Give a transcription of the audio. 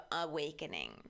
awakening